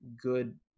good